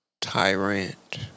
Tyrant